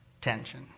tension